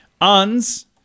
uns